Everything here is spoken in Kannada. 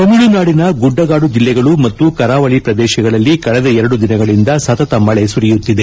ತಮಿಳುನಾಡಿನ ಗುಡ್ಲಗಾಡು ಜೆಲ್ಲೆಗಳು ಮತ್ತು ಕರಾವಳಿ ಪ್ರದೇಶಗಳಲ್ಲಿ ಕಳೆದ ಎರಡು ದಿನಗಳಿಂದ ಸತತವಾಗಿ ಮಳೆ ಸುರಿಯುತ್ತಿದೆ